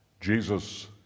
Jesus